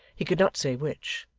he could not say which.